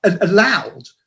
allowed